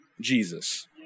Jesus